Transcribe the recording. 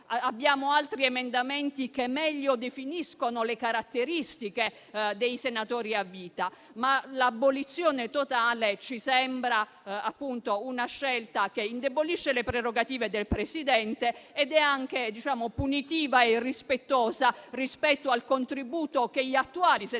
Abbiamo altri emendamenti che meglio definiscono le caratteristiche dei senatori a vita. Ma l'abolizione totale ci sembra una scelta che indebolisce le prerogative del Presidente della Repubblica ed è anche punitiva e irrispettosa rispetto al contributo che gli attuali senatori